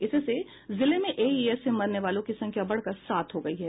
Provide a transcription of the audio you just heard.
इससे जिले में एईएस से मरने वालों की संख्या बढ़कर सात हो गयी है